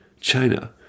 China